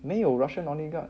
没有 russian oligarch